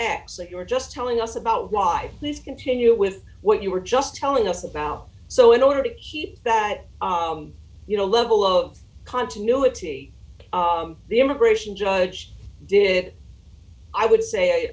exit you were just telling us about why please continue with what you were just telling us about so in order to keep that you know level of continuity the immigration judge did i would say